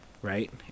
Right